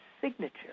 signature